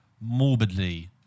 morbidly